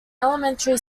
elementary